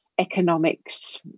economics